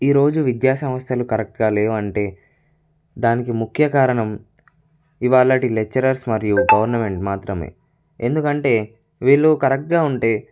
ఈరోజు విద్యాసంస్థలు కరెక్ట్గా లేవు అంటే దానికి ముఖ్య కారణం ఇవాల్టి లెక్చరర్స్ మరియు గవర్నమెంట్ మాత్రమే ఎందుకంటే వీళ్ళు కరెక్ట్గా ఉంటే